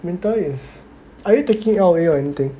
winter is are you taking L_O_A or anything